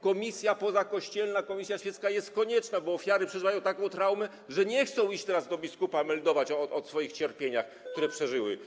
Komisja pozakościelna, komisja świecka jest konieczna, bo ofiary przeżywają taką traumę, że nie chcą teraz iść do biskupa, meldować o swoich cierpieniach, które przeżyły.